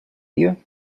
you